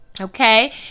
Okay